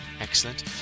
excellent